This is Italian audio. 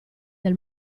del